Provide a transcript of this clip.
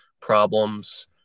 problems